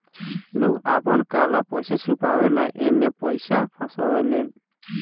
लोग आपन काला पइसा छुपावे ला एमे पइसा फसावेलन